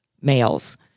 males